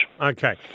Okay